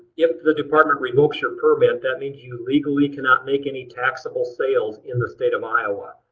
if the department revokes your permit, that means you legally cannot make any taxable sales in the state of iowa.